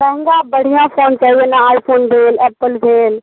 महँगा बढ़िआँ फोन चाही ओहिमे आइ फोन भेल एप्पल भेल